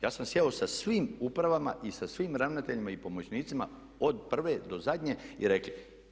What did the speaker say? Ja sam sjeo sa svim upravama i sa svim ravnateljima i pomoćnicima od prve do zadnje i rekli.